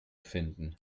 finden